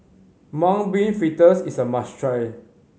Mung Bean Fritters is a must try